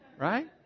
Right